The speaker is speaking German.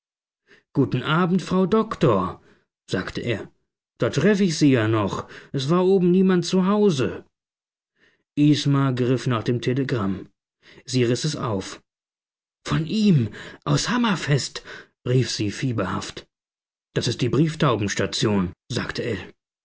guten abend frau doktor sagte er da treff ich sie ja noch es war oben niemand zu hause isma griff nach dem telegramm sie riß es auf von ihm aus hammerfest rief sie fieberhaft das ist die brieftaubenstation sagte ell